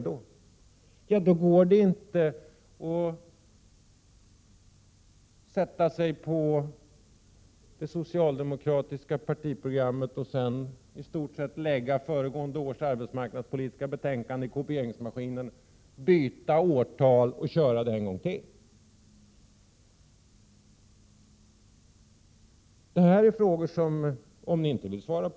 Då går det inte att sätta sig på det socialdemokratiska partiprogrammet och sedan i stort sett lägga föregående års arbetsmarknadspolitiska betänkande i kopieringsmaskinen, byta årtal och köra det en gång till.